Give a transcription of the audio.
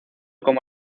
como